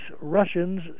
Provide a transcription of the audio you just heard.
Russians